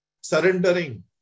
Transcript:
surrendering